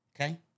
Okay